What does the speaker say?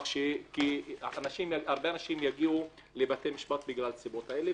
כי הרבה אנשים יגיעו לבית משפט בגלל הסיבות האלה,